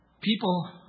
People